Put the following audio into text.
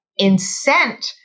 incent